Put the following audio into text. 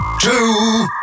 two